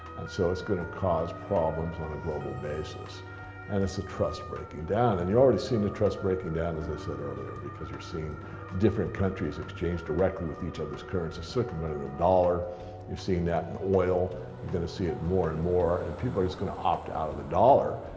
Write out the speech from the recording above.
and so it's going to cause problems on a global basis and it's a trust breaking down. and you're already seeing the trust breaking down, as i said earlier because you're different countries exchange directly with each other's currency, circumventing the dollar you're seeing that in oil you're going to see it more and more and people are just going to opt out of the dollar.